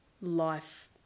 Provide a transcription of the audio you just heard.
life